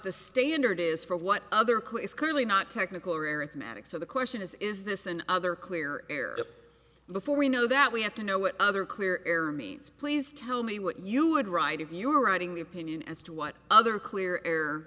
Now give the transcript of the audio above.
the standard is for what other clue is clearly not technical or arithmetic so the question is is this an other clear air before we know that we have to know what other clear error means please tell me what you would write if you were writing the opinion as to what other clear air